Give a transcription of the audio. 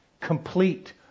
complete